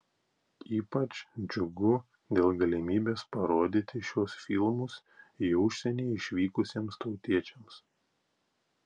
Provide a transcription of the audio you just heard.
ypač džiugu dėl galimybės parodyti šiuos filmus į užsienį išvykusiems tautiečiams